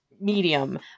medium